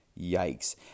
Yikes